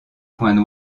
points